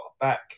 back